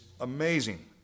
amazing